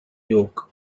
yolk